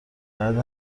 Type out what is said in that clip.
بعد